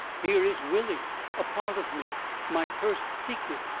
here is willie a part of me my first secret,